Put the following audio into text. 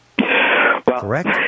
Correct